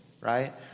right